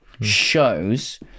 shows